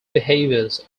behaviors